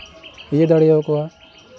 ᱤᱭᱟᱹ ᱫᱟᱲᱮᱭᱟᱠᱚᱣᱟ